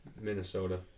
Minnesota